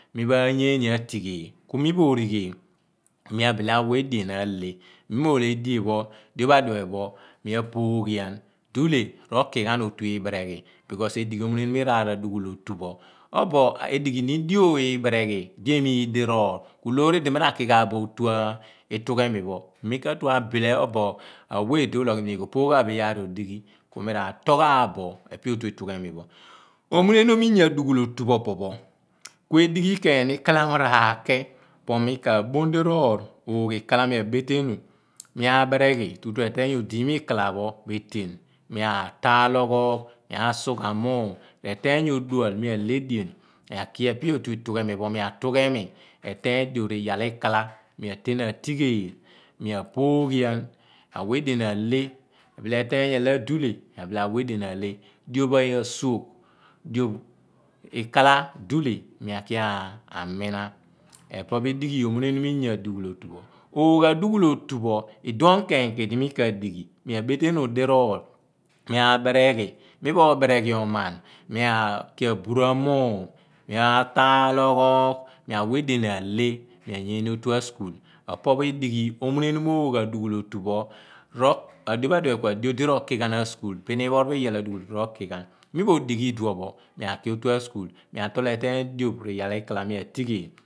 Mi maa yeene atighe mim mo righeel ku mi abile awa edean a leh mi mo leh edien pho diopho adiphe pho kumi a phooghian dule ro kighan otu ibeeree ghi. Esi di edighi omuneniom iraar a dughul otupho or edighi ni dio ibereghi di emegh di roor ku loor idi mi ra ki ghan bo oti itu ghe mi pho mikatue abile obo aweh di uluugh imidien kopoghaabo iyaar odighi ku mi ratool ghabo epe otu itughe mi pho. Omune niom iyaar adughu otu pho opo pho kuedighi keeni radi aakeh po mi ka boon diroor. Oogh ikala mia beteenu mia bere ghi tutu mia tool odiiny pho ikala pho retean. Mia taal oghoor mea suugha muum. Dual mi aleh ed eal, moa ki ephe otu ituugh emi pho rꞌyiil ikala mia tean ati gheel mea pho ghian mia who edean a leh ebile eteey aleh, adule mia bile awa edien ale. ikala dule miq ki a mina duor pho me di inyoor adughul otu. Chop a suugh chop ikala dule mi aki a mina edua pho m dighi inyaar adughuul otu. Oagh adughuul odu pho iduon kee ni ki di mi ka di ghi. Mia betenu diroor mia beereghi mi moo bereghi oman miaki aburamuum mia altaal oghoogh mia wa edien aleh alyene otua school. Opho pho edighi edighi omune mom oogh adughul otu pho adio pho adiphe pho kua dio di ro kighan a school bin ipho ri pho iyaal adughuul otu pho rokighan mi mo odighi iduon pho mia ki otuan school mi mo rool reteen dioph rꞌiyaal ikalah mia tighel.